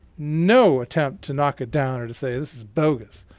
no attempt to knock it down or to say, this is bogus.